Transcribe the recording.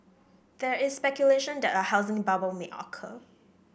there is speculation that a housing bubble may occur